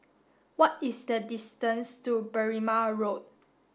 what is the distance to Berrima Road